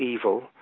evil